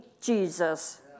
Jesus